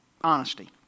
honesty